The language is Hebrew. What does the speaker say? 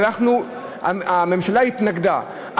הממשלה התנגדה,